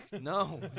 No